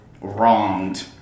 wronged